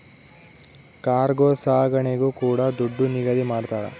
cargo ಸಾಗಣೆಗೂ ಕೂಡ ದುಡ್ಡು ನಿಗದಿ ಮಾಡ್ತರ